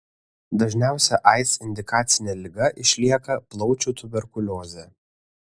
dažniausia aids indikacinė liga išlieka plaučių tuberkuliozė